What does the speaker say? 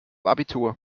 abitur